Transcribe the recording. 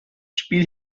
spiel